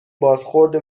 بازخورد